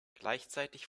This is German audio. gleichzeitig